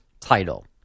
title